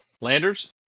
Landers